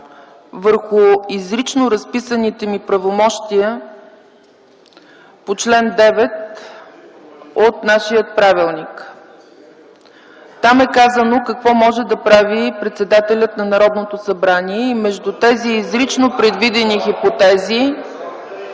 върху изрично изписаните ми правомощия по чл. 9 от нашия правилник. Там е казано какво може да прави председателят на Народното събрание. (Шум в блока на КБ.) Между тези изрично предвидени хипотези